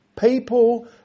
people